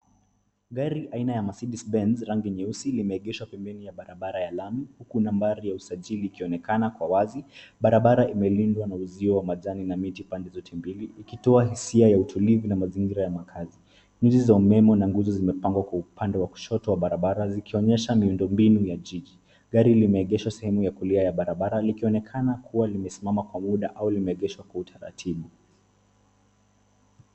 Gari aina ya mercede benz rangi nyeusi limeegeshwa pembeni ya barabara ya lami. Huku nambari ya usajiri ikionekana kwa wazi, barabara imelindwa na uzio wa majani na miti pande zote mbili, ikitoa hisia ya utulivu na mazingira ya makazi. Miti za umeme na nguzo zimepangwa kwa pande wa kushoto wa barabara zikionyesha miundo mbinu ya jiji. Gari limeegeshwa sehemu ya kulia ya barabara likionekana kuwa limesimama kwa muda au limeegeshwa kwa utaratibu.